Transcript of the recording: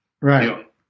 Right